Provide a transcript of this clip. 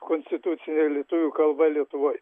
konstitucijoj lietuvių kalba lietuvoj